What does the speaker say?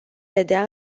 vedea